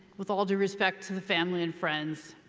with all due respect to the family and friends,